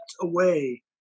away